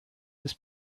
this